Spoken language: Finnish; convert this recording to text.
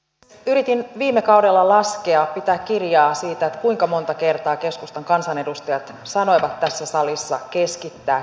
yritin viime kaudella laskea pitää kirjaa siitä kuinka monta kertaa keskustan kansanedustajat sanoivat tässä salissa keskittää keskittää keskittää